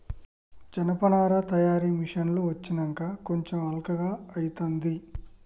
జనపనార తయారీ మిషిన్లు వచ్చినంక కొంచెం అల్కగా అయితాంది